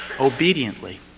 Obediently